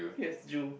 yes zoo